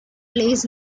plays